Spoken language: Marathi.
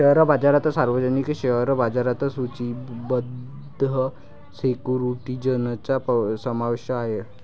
शेअर बाजारात सार्वजनिक शेअर बाजारात सूचीबद्ध सिक्युरिटीजचा समावेश आहे